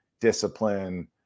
discipline